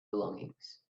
belongings